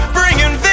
bringing